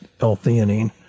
L-theanine